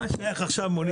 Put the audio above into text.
מה שייך מונית?